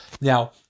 Now